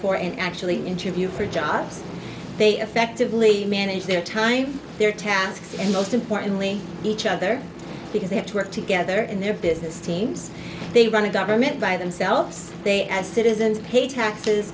for and actually interview for jobs they effectively manage their time their tasks and most importantly each other because they have to work together in their business teams they run a government by themselves they as citizens pay taxes